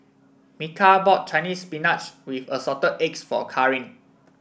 Micah bought Chinese Spinach with Assorted Eggs for Karin